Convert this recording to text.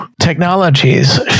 technologies